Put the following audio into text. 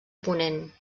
ponent